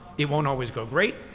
it won't always go great.